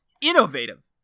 innovative